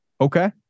Okay